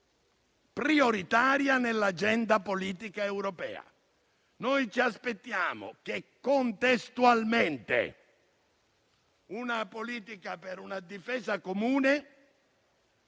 prioritaria nell'agenda politica europea. Noi ci aspettiamo che contestualmente una politica per una difesa comune